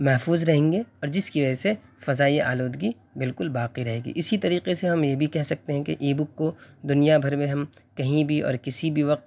محفوظ رہیں گے اور جس کی وجہ سے فضائی آلودگی بالکل باقی رہے گی اسی طریقے سے ہم یہ بھی کہہ سکتے ہیں کہ ای بک کو دنیا بھر میں ہم کہیں بھی اور کسی بھی وقت